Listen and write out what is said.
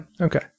Okay